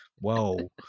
whoa